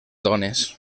dones